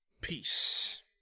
Peace